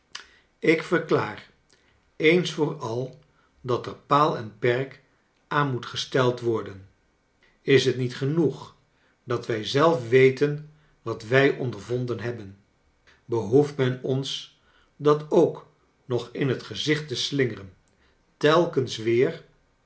ik verklaar eens voor al dat er paal en perk aan moet gesteld worden is het niet genoeg dat wij zelf weten wat wij ondervonden hebben behoeft men ons dat ook nog in het gezicht te slingeren telkens weer